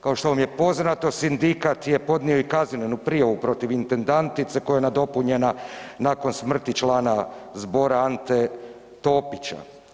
Kao što vam je poznato, sindikat je podnio i kaznenu prijavu protiv intendantice koja je nadopunjena nakon smrti člana zbora Ante Topića.